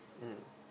mm